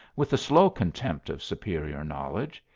with the slow contempt of superior knowledge.